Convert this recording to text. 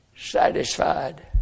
Satisfied